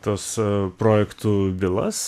tas a projektų bylas